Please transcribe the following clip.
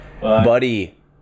Buddy